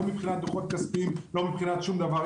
לא מבחינת דוחות כספיים ולא מבחינת שום דבר.